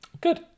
Good